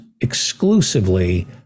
exclusively